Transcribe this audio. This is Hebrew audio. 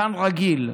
גן רגיל.